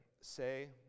say